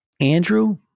Andrew